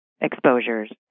exposures